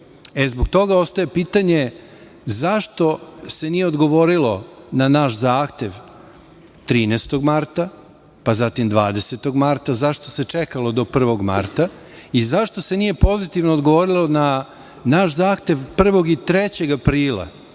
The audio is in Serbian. Zbog toga ostaje pitanje zašto se nije odgovorilo na naš zahtev 13. marta, pa zatim 20. marta? Zašto se čekalo do 1. marta i zašto se nije pozitivno odgovorilo na naš zahtev 1. i 3. aprila